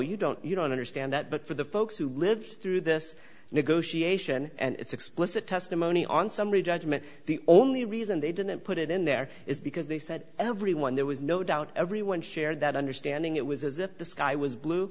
you don't you don't understand that but for the folks who lived through this negotiation and it's explicit testimony on summary judgment the only reason they didn't put it in there is because they said everyone there was no doubt everyone share that understanding it was as if the sky was blue